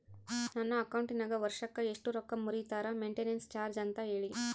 ನನ್ನ ಅಕೌಂಟಿನಾಗ ವರ್ಷಕ್ಕ ಎಷ್ಟು ರೊಕ್ಕ ಮುರಿತಾರ ಮೆಂಟೇನೆನ್ಸ್ ಚಾರ್ಜ್ ಅಂತ ಹೇಳಿ?